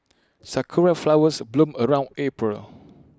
Sakura Flowers bloom around April